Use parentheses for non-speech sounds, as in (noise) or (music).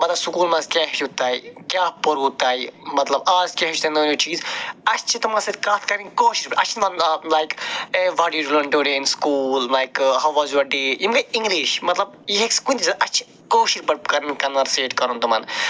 مطلب سُکوٗل منٛز کیٛاہ ہیٚچھِو تۄہہِ کیٛاہ پوٚروٕ تۄہہِ مطلب آز کیٛاہ (unintelligible) چیٖز اَسہِ چھِ تِمن سۭتۍ کَتھ کَرٕنۍ کٲشُر اَسہِ (unintelligible) like a what (unintelligible) today in school like how was your day یِم گٔے اِنٛگلِش مطلب یہِ (unintelligible) کُنہِ تہِ اَسہِ چھِ کٲشُر پٲٹھۍ کَرٕنۍ کنوَرسیٹ کَرُن تِمن